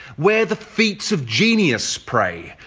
where the feats of genius, pray?